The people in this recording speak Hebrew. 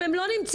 אם הן לא נמצאות.